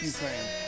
Ukraine